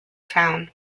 town